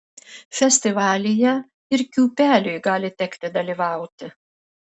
festivalyje ir kiūpeliui gali tekti dalyvauti